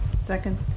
Second